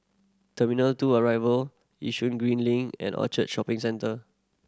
two Arrival Yishun Green Link and Orchard Shopping Centre